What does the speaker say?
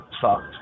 sucked